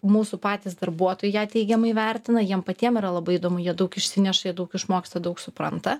mūsų patys darbuotojai ją teigiamai vertina jiem patiem yra labai įdomu jie daug išsineša jie daug išmoksta daug supranta